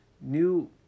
new